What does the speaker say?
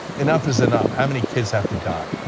enough is enough, how many kids have to die?